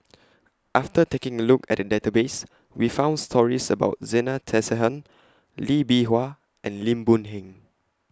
after taking A Look At The Database We found stories about Zena Tessensohn Lee Bee Wah and Lim Boon Heng